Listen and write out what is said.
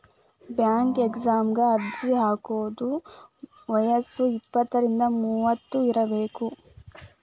bank ಎಕ್ಸಾಮಗ ಅರ್ಜಿ ಹಾಕಿದೋರ್ ವಯ್ಯಸ್ ಇಪ್ಪತ್ರಿಂದ ಮೂವತ್ ಇರಬೆಕ್